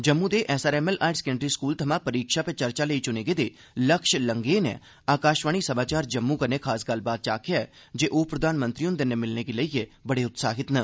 जम्मू दे S R M L higher secondary school थमां परीक्षा पे चर्चा लेई चुने गेदे लक्ष्य लंगेह ने आकाशवाणी समाचार जम्मू कन्नै खास गल्लबात च आखेआ ऐ जे ओह् प्रधानमंत्री हुंदे'नै मिलने गी लेइयै बड़े उत्साहित न